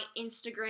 Instagram